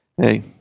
hey